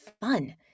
fun